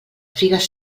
figues